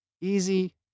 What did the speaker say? Easy